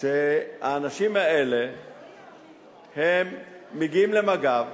שהאנשים האלה מגיעים למג"ב,